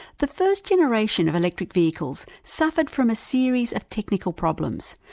the first generation of electric vehicles suffered from a series of technical problems,